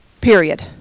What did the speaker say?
period